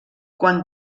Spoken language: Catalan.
quan